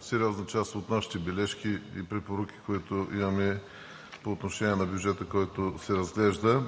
сериозна част от нашите бележки и препоръки, които имаме по отношение на бюджета, който се разглежда.